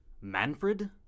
Manfred